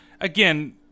Again